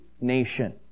nation